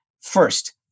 First